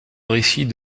récit